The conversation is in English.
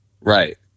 Right